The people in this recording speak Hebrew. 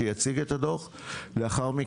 במקביל,